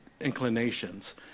inclinations